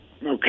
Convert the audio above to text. Okay